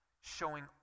showing